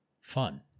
fun